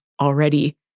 already